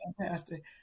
fantastic